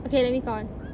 okay let me count